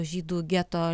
žydų geto